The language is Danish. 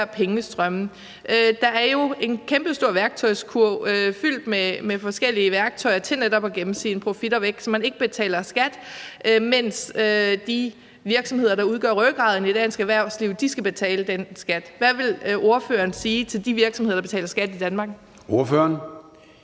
Der er jo en kæmpestor værktøjskasse fyldt med forskellige værktøjer til netop at gemme sine profitter væk, så man ikke betaler skat, mens de virksomheder, der udgør rygraden i dansk erhvervsliv, skal betale den skat. Hvad vil ordføreren sige til de virksomheder, der betaler skat i Danmark? Kl.